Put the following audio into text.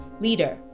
leader